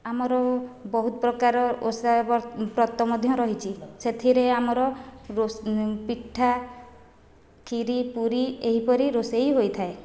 ଆମର ବହୁତ ପ୍ରକାର ଓଷା ପ୍ରତ ମଧ୍ୟ ରହିଛି ସେଥିରେ ଆମର ପିଠା ଖିରୀ ପୁରୀ ଏହିପରି ରୋଷେଇ ହୋଇଥାଏ